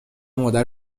مادر